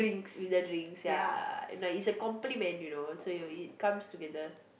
with a drinks ya no it's a complement you know so you know it comes together